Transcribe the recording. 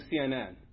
CNN